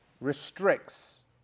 restricts